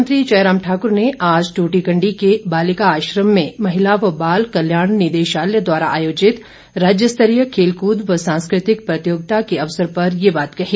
मुख्यमंत्री जयराम ठाकुर ने आज ट्रटीकंडी के बालिका आश्रम में महिला व बाल कल्याण निदेशालय द्वारा आयोजित राज्य स्तरीय खेलकूद व सांस्कृतिक प्रतियोगिता के अवसर पर ये बात कही